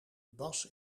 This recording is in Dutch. bas